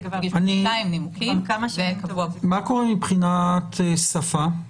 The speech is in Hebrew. --- עם נימוקים --- מה קורה מבחינת שפה?